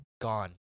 gone